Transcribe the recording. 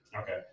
Okay